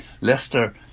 Leicester